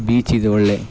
beach ಇದೆ ಒಳ್ಳೆಯ